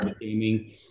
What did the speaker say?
gaming